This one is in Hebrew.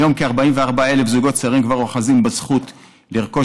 היום כ-44,000 זוגות צעירים כבר אוחזים בזכות לרכוש